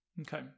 Okay